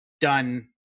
done